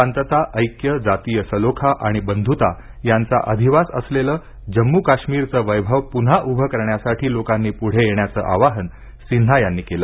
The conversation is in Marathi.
शांतता ऐक्य जातीय सलोखा आणि बंधुता यांचा अधिवास असलेलं जम्मू काश्मीरचं वैभव पुन्हा उभं करण्यासाठी लोकांनी पुढे येण्याचं आवाहन सिन्हा यांनी केलं